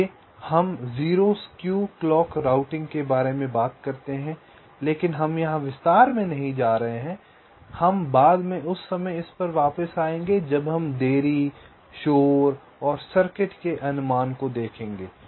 आइए हम 0 skew clock routing के बारे में बात करते हैं लेकिन हम यहाँ विस्तार में नहीं जा रहे हैं हम बाद में उस समय इस पर वापस आएँगे जब हम देरी शोर और सर्किट के अनुमान को देखेंगे